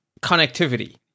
connectivity